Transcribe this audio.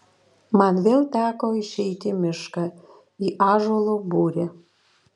man vėl teko išeiti į mišką į ąžuolo būrį